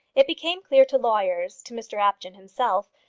it became clear to lawyers, to mr apjohn himself,